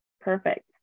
perfect